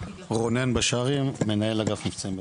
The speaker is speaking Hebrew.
רונן בשרי מנהל אגף מבצעים במד"א.